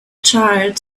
child